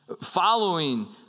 Following